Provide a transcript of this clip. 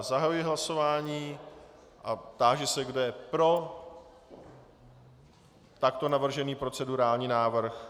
Zahajuji hlasování a táži se, kdo je pro takto navržený procedurální návrh.